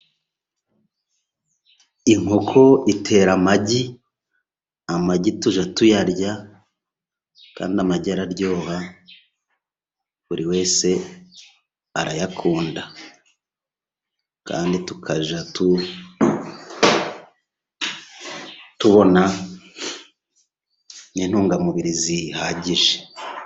Inkoko itera amagi, amagi tujya tuyarya kandi amagi araryoha, buri wese arayakunda kandi tukajya tubona n'intungamubiri zihagije.